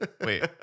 wait